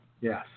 Yes